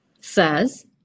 says